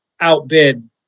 outbid